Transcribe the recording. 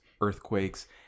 earthquakes